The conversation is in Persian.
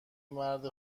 مرد